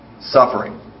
Suffering